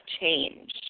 Change